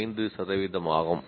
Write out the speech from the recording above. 5 சதவீதமாகும்